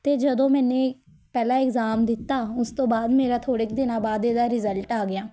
ਅਤੇ ਜਦੋਂ ਮੈਨੇ ਪਹਿਲਾ ਇਗਜ਼ਾਮ ਦਿੱਤਾ ਉਸ ਤੋਂ ਬਾਅਦ ਮੇਰਾ ਥੋੜ੍ਹੇ ਕੁ ਦਿਨਾਂ ਬਾਅਦ ਇਹਦਾ ਰਿਜ਼ਲਟ ਆ ਗਿਆ